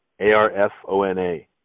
A-R-F-O-N-A